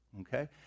Okay